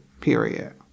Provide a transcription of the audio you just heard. period